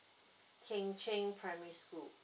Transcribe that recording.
jing ching primary school